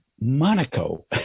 Monaco